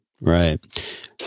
Right